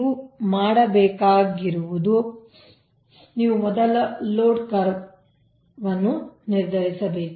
ಆದ್ದರಿಂದ ನೀವು ಮಾಡಬೇಕಾಗಿರುವುದು ನೀವು ಮೊದಲು ಲೋಡ್ ಕರ್ವ್ ಅನ್ನು ನಿರ್ಧರಿಸಬೇಕು